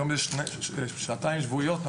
היום יש שעתיים שבועיות.